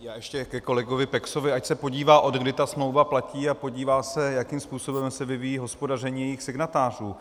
Já ještě ke kolegovi Peksovi, ať se podívá, odkdy ta smlouva platí, a podívá se, jakým způsobem se vyvíjí hospodaření signatářů.